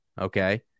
Okay